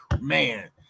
Man